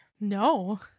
no